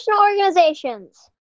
organizations